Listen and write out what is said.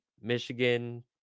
Michigan